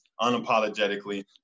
unapologetically